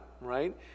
right